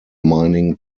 mining